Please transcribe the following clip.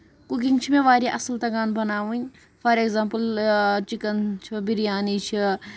cooking چھِ مےٚ واریاہ اَصٕل تَگان بَناوٕنۍ فار ایٚکزامپٕل چِکن چھُ بِریانی چھُ